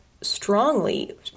strongly